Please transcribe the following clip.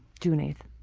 june eighth.